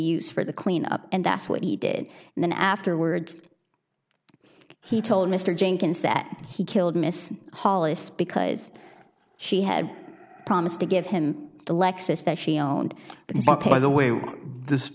used for the cleanup and that's what he did and then afterwards he told mr jenkins that he killed miss hollis because she had promised to give him the lexus that she owned but it's not by the way this